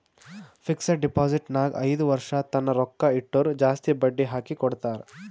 fixed deposit ನಾಗ್ ಐಯ್ದ ವರ್ಷ ತನ್ನ ರೊಕ್ಕಾ ಇಟ್ಟುರ್ ಜಾಸ್ತಿ ಬಡ್ಡಿ ಹಾಕಿ ಕೊಡ್ತಾರ್